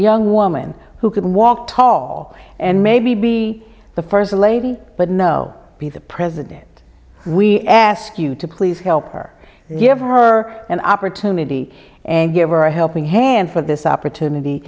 young woman who could walk tall and maybe be the first lady but no be the president we ask you to please help her give her an opportunity and give her a helping hand for this opportunity